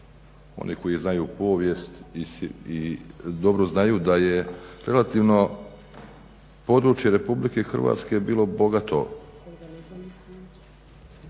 oni koji znaju povijest i dobro znaju da je relativno područje Republike Hrvatske bilo bogato